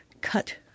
cut